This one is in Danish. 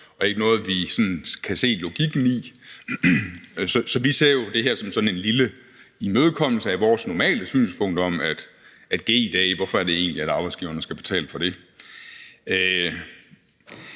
er ikke noget, vi sådan kan se logikken i. Så vi ser jo det her som sådan en lille imødekommelse af vores normale synspunkt om, hvorfor det egentlig er, at arbejdsgiverne skal betale for